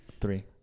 Three